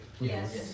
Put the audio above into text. Yes